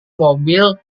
mobil